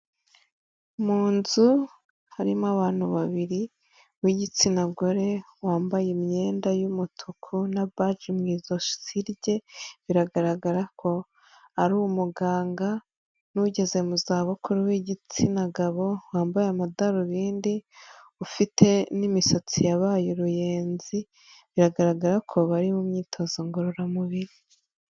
Mu nzu harimo abantu babiri uw'igitsina gore wambaye imyenda y'umutuku na baji mu izosi rye, biragaragara ko ari umuganga, n'ugeze mu za bukuru w'igitsina gabo wambaye amadarubindi, ufite n'imisatsi yabaye uruyenzi, biragaragara ko bari mu myitozo ngororamubiri.